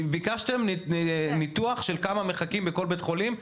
ביקשתם ניתוח של כמה מחכים בכל בית חולים לבדיקה.